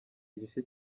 igice